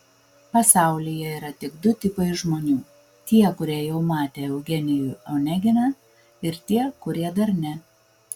pasaulyje yra tik du tipai žmonių tie kurie jau matė eugenijų oneginą ir tie kurie dar ne